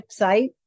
website